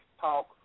talk